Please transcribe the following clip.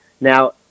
Now